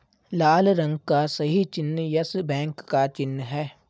लाल रंग का सही चिन्ह यस बैंक का चिन्ह है